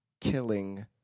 killing